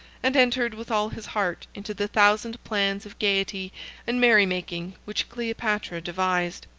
and entered with all his heart into the thousand plans of gayety and merry-making which cleopatra devised.